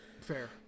Fair